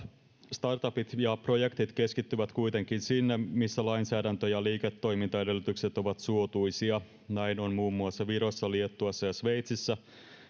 startupit ja projektit keskittyvät kuitenkin sinne missä lainsäädäntö ja liiketoimintaedellytykset ovat suotuisia näin on muun muassa virossa liettuassa ja sveitsissä